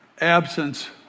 absence